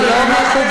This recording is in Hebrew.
זה לא מכובד.